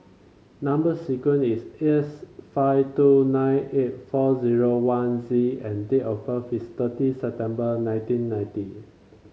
number sequence is S five two nine eight four zero one Z and date of birth is thirty September nineteen ninety